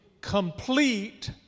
complete